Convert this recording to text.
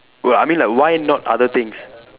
we~ I mean like why not other things